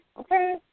Okay